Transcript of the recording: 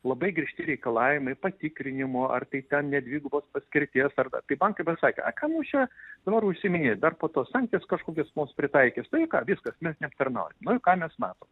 labai griežti reikalavimai patikrinimų ar tai ten ne dvigubos paskirties arba tai bankai pasakė ai tai kam mums čia dabar užsiiminėt dar po to sankcijas kažkokias mums pritaikys tai ką viskas mes neaptarnaujam nu ir ką mes matom